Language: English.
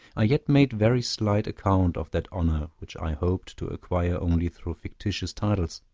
i yet made very slight account of that honor which i hoped to acquire only through fictitious titles.